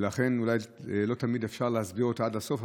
ולכן לא תמיד אפשר להסביר אותה עד הסוף,